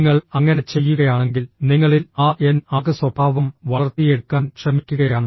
നിങ്ങൾ അങ്ങനെ ചെയ്യുകയാണെങ്കിൽ നിങ്ങളിൽ ആ എൻ ആക് സ്വഭാവം വളർത്തിയെടുക്കാൻ ശ്രമിക്കുകയാണ്